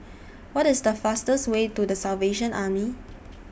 What IS The fastest Way to The Salvation Army